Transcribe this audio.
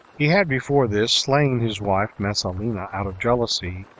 he had before this slain his wife messalina, out of jealousy,